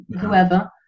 whoever